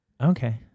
Okay